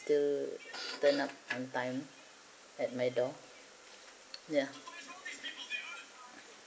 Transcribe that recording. to turn up on time at my door ya